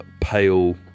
pale